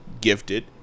Gifted